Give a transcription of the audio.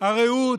הריהוט,